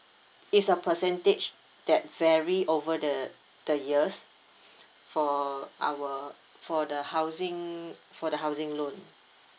it's a percentage that vary over the the years for our for the housing for the housing loan